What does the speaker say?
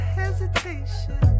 hesitation